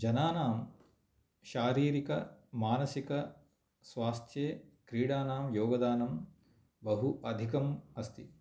जनानां शारीरिकमानसिकस्वास्थ्ये क्रीडानां योगदानं बहु अधिकं अस्ति